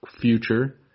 future